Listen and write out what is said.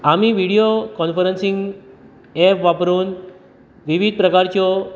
आमी video conferencing app वापरून विवीध प्रकारच्यो